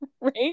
right